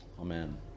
Amen